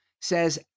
says